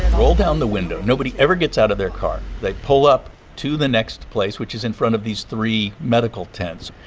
roll down the window. nobody ever gets out of their car. they pull up to the next place, which is in front of these three medical tents.